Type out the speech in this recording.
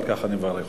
על כך אני מברך אותך.